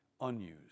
unused